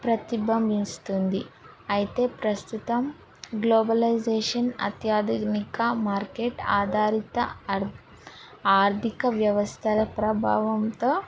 ప్రతిబింబిస్తుంది అయితే ప్రస్తుతం గ్లోబలైజేషన్ అత్యాధునిక మార్కెట్ ఆధారిత అర్ ఆర్థిక వ్యవస్థల ప్రభావంతో